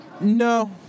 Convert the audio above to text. No